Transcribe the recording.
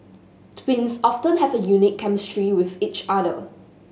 twins often have a unique chemistry with each other